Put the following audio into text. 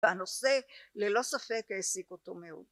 ‫והנושא, ללא ספק, ‫העסיק אותו מאוד.